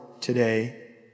today